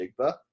Jigba